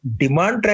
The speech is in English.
demand